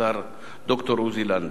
השר ד"ר עוזי לנדאו: